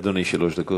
אדוני, שלוש דקות.